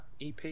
EP